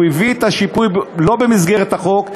הוא הביא את השיפוי שלא במסגרת החוק.